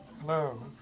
Hello